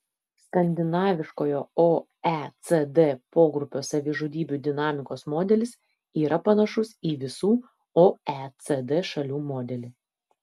skandinaviškojo oecd pogrupio savižudybių dinamikos modelis yra panašus į visų oecd šalių modelį